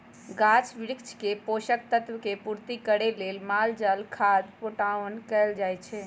गाछ वृक्ष के पोषक तत्व के पूर्ति करे लेल माल जाल खाद पटाओन कएल जाए छै